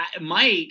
Mike